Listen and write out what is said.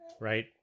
right